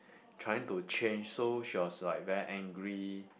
trying to change so she was like very angry